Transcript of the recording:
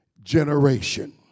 generation